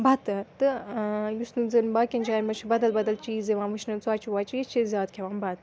بَتہٕ تہٕ یُس نہٕ زَن باقیَن جایَن منٛز چھِ بَدَل بَدَل چیٖز یِوان وٕچھنہٕ ژۄچہِ وۄچہِ یہِ چھِ أسۍ زیادٕ کھٮ۪وان بَتہٕ